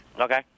Okay